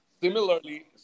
Similarly